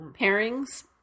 Pairings